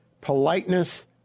politeness